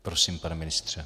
Prosím, pane ministře.